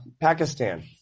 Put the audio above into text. Pakistan